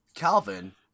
Calvin